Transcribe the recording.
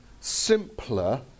simpler